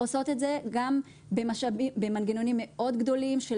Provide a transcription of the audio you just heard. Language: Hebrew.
עושים את זה גם במשאבים מאוד גדולים של